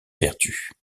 vertu